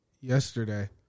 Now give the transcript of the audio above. yesterday